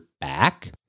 back